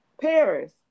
Paris